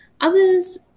Others